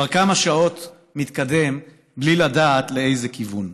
כבר כמה שעות מתקדם בלי לדעת לאיזה כיוון.